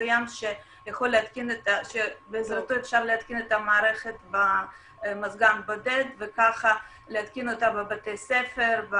מסוים שבעזרתו אפשר להתקין את המערכת במזגן בודד וכך להתקין בבתי ספר,